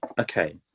okay